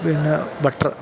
പിന്നെ ബട്ടറ്